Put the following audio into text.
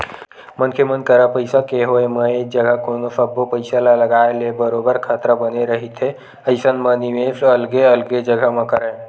मनखे मन करा पइसा के होय म एक जघा कोनो सब्बो पइसा ल लगाए ले बरोबर खतरा बने रहिथे अइसन म निवेस अलगे अलगे जघा म करय